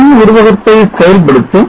run உருவகத்தை செயல்படுத்தும்